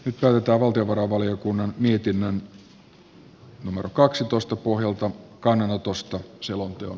nyt päätetään valtiovarainvaliokunnan mietinnön pohjalta kannanotosta selonteon johdosta